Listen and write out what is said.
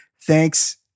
Thanks